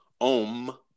Om